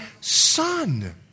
son